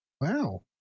Wow